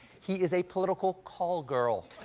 he is a political call girl.